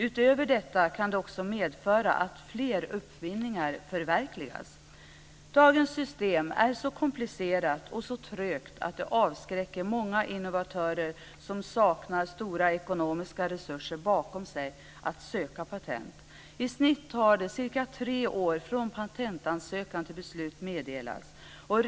Utöver detta kan det också medföra att fler uppfinningar förverkligas. Dagens system är så komplicerat och trögt att det avskräcker många innovatörer som inte har stora ekonomiska resurser bakom sig från att söka patent. I snitt tar det cirka tre år från patentansökan till dess att beslut har meddelats.